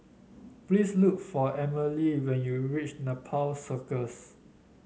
please look for Amalie when you reach Nepal Circus